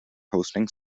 hosting